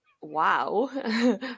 wow